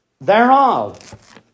thereof